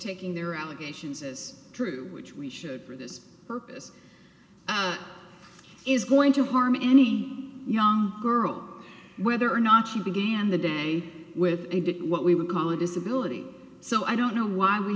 taking their allegations is true which we should for this purpose is going to harm any young girl whether or not she began the day with a big what we would call a disability so i don't know why we